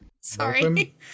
Sorry